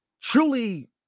truly